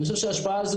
אני חושב שההשפעה הזו,